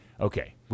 Okay